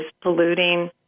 polluting